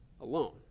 alone